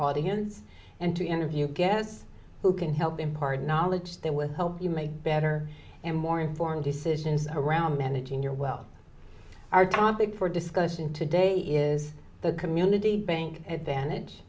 audience and to interview guests who can help impart knowledge there with help you make better and more informed decisions around managing your well our topic for discussion today is the community bank advantage